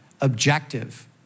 objective